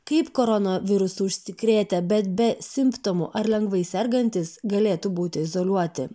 kaip corona virusu užsikrėtę bet be simptomų ar lengvai sergantys galėtų būti izoliuoti